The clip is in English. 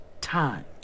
time